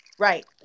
right